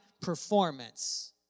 performance